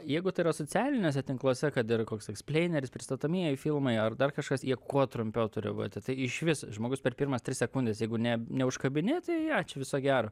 jeigu tai yra socialiniuose tinkluose kad ir koks ekspleineris pristatomieji filmai ar dar kažkas jie kuo trumpiau turi būti tai išvis žmogus per pirmas tris sekundes jeigu ne neužkabini tai ačiū viso gero